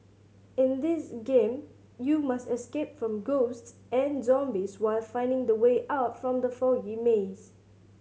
in this game you must escape from ghosts and zombies while finding the way out from the foggy maze